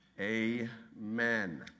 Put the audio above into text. Amen